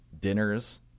dinners